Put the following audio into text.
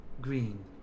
green